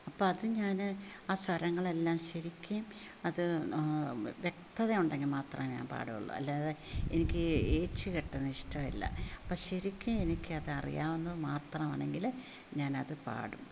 അപ്പം അത് ഞാൻ ആ സ്വരങ്ങളെല്ലാം ശരിക്ക് അത് വ്യക്തതയുണ്ടെങ്കിൽ മാത്രമേ ഞാൻ പാടുകയുള്ളു അല്ലാതെ എനിക്ക് ഏച്ച് കെട്ടുന്നത് ഇഷ്ടമല്ല അപ്പം ശരിക്ക് എനിക്ക് അതറിയാവുന്നത് മാത്രമാണങ്കിൽ ഞാൻ അത് പാടും